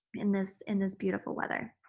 in this in this beautiful weather.